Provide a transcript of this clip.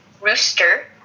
rooster